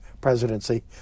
presidency